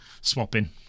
swapping